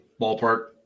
ballpark